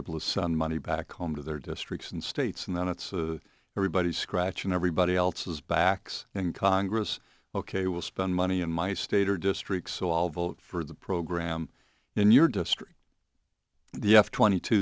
able to send money back home to their districts and states and then it's everybody scratch and everybody else is backs in congress ok will spend money in my state or district so i'll vote for the program in your district the f twenty two